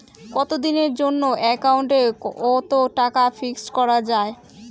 কতদিনের জন্যে একাউন্ট ওত টাকা ফিক্সড করা যায়?